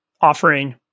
offering